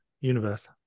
universe